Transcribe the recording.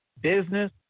business